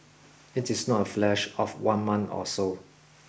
it is not a flash of one month or so